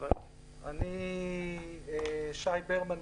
אני שי ברמן,